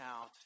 out